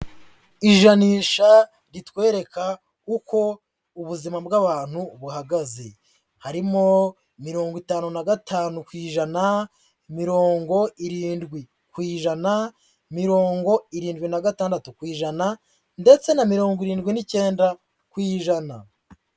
Ijanisha ritwereka uko ubuzima bw'abantu buhagaze. Harimo mirongo itanu na gata ku ijana, mirongo irindwi ku ijana, mirongo irindwi na gatandatu ku ijana, ndetse na mirongo irindwi n'icyenda ku ijana.